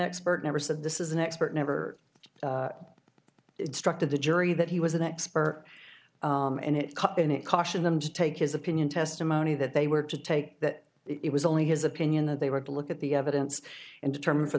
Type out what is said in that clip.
expert never said this is an expert never struck to the jury that he was an expert and it cut and it cautioned him to take his opinion testimony that they were to take that it was only his opinion that they were to look at the evidence and determine for